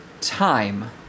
time